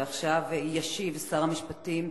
עכשיו ישיב שר המשפטים,